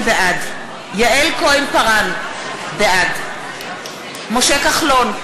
בעד יעל כהן-פארן, בעד משה כחלון,